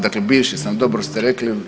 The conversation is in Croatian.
Dakle, bivši sam dobro ste rekli.